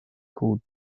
called